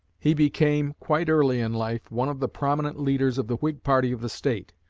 he became quite early in life one of the prominent leaders of the whig party of the state,